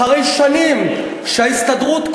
אחרי שנים שההסתדרות,